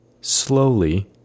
Slowly